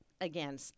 again